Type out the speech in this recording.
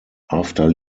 after